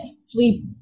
sleep